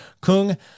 Kung